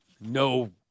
no